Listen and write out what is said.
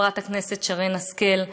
וחברת הכנסת שרן השכל,